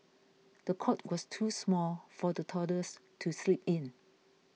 the cot was too small for the toddlers to sleep in